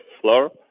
floor